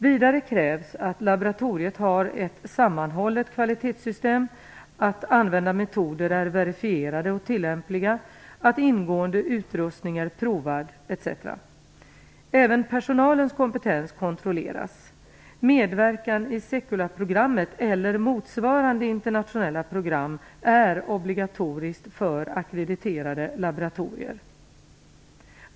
Vidare krävs att laboratoriet har ett sammanhållet kvalitetssystem, att använda metoder är verifierade och tillämpliga, att ingående utrustning är provad etc. Även personalens kompetens kontrolleras. Medverkan i SEQLA-programmet eller motsvarande internationella program är obligatoriskt för ackrediterade laboratorier.